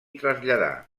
traslladà